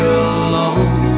alone